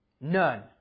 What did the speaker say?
None